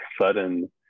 sudden